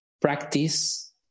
practice